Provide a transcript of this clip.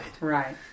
Right